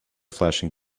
flashing